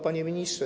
Panie Ministrze!